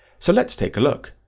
so let's take a look.